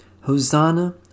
Hosanna